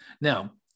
Now